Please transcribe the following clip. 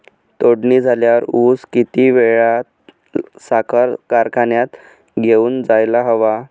तोडणी झाल्यावर ऊस किती वेळात साखर कारखान्यात घेऊन जायला हवा?